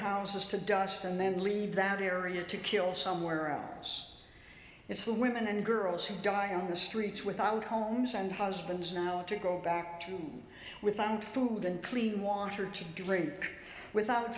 houses to dust and then leave that area to kill somewhere hours it's the women and girls who die on the streets without homes and husbands now to go back to him without food and clean water to drink without